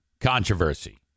controversy